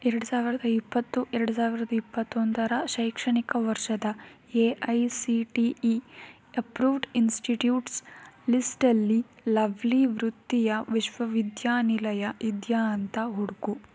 ಎರಡು ಸಾವಿರ್ದ ಇಪ್ಪತ್ತು ಎರಡು ಸಾವಿರ್ದ ಇಪ್ಪತ್ತೊಂದರ ಶೈಕ್ಷಣಿಕ ವರ್ಷದ A I C T E approved institutes ಲಿಸ್ಟಲ್ಲಿ ಲವ್ಲಿ ವೃತ್ತೀಯ ವಿಶ್ವವಿದ್ಯಾನಿಲಯ ಇದೆಯಾ ಅಂತ ಹುಡುಕು